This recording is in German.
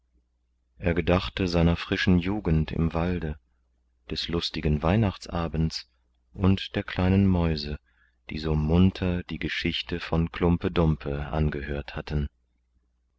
er gedachte seiner frischen jugend im walde des lustigen weihnachtsabends und der kleinen mäuse die so munter die geschichte von klumpe dumpe angehört hatten